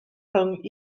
rhwng